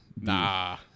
Nah